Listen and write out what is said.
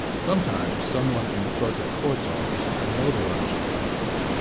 sometimes, someone in the clerk of court's office can notarize your document.